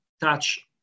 touch